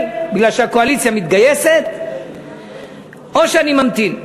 מפני שהקואליציה מתגייסת או שאני ממתין?